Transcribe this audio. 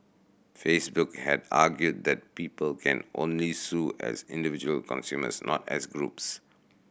Facebook had argued that people can only sue as individual consumers not as groups